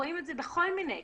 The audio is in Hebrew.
רואים את זה בכל מיני הקשרים,